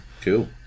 Cool